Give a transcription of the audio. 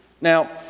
now